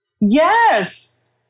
Yes